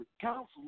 Council